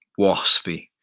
waspy